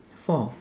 four